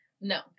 no